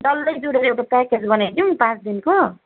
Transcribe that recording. डल्लै जोडेर एउटा प्याकेज बनाइदिउँ पाँच दिनको